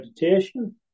meditation